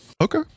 Okay